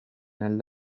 nel